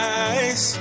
eyes